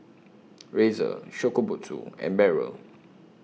Razer Shokubutsu and Barrel